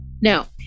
Now